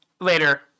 later